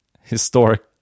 historic